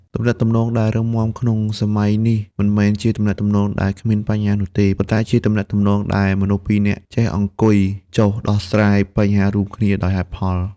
ទំនាក់ទំនងដែលរឹងមាំក្នុងសម័យនេះ មិនមែនជាទំនាក់ទំនងដែលគ្មានបញ្ហានោះទេ ប៉ុន្តែជាទំនាក់ទំនងដែលមនុស្សពីរនាក់ចេះអង្គុយចុះដោះស្រាយបញ្ហារួមគ្នាដោយហេតុផល។